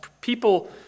People